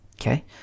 okay